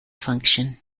function